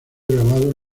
grabado